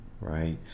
right